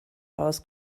aus